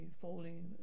falling